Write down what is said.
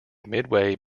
midway